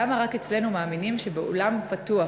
למה רק אצלנו מאמינים שבאולם פתוח,